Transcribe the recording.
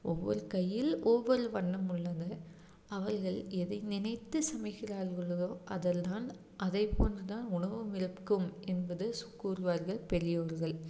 ஒவ்வொரு கையில் ஒவ்வொரு வண்ணம் உள்ளது அவர்கள் எதை நினைத்து சமைக்கிறார்களோ அதில் தான் அதை போன்று தான் உணவும் இருக்கும் என்பது சொ கூறுவார்கள் பெரியவர்கள்